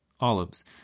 olives